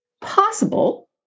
possible